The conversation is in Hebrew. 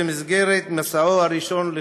במסגרת מסעו הראשון לחו"ל.